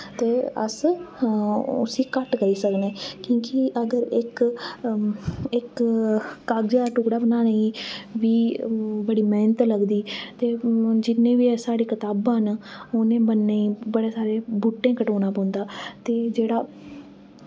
ते अस उसी घट्ट करी सकने क्योंकि अगर इक इक कागजें दा टुकड़ा बनाने गी बी बड़ी मेह्नत लगदी ते जिन्ने बी साढ़े कताबां न उनें गी बनने आस्तै बड़ें सारें बूह्टें गी कटोना पौंदा ते जेह्ड़ा